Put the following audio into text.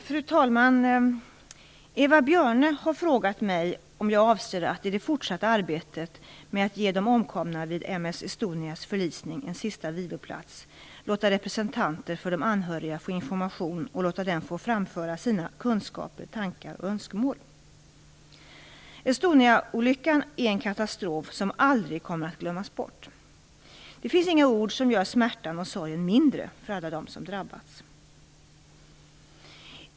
Fru talman! Eva Björne har frågat mig om jag avser, i det fortsatta arbetet med att ge de omkomna vid M/S Estonias förlisning en sista viloplats, att låta representanter för de anhöriga få information och låta dem få framföra sina kunskaper, tankar och önskemål. Estoniaolyckan är en katastrof som aldrig kommer att glömmas bort. Det finns inga ord som gör smärtan och sorgen mindre för alla dem som drabbats.